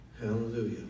Hallelujah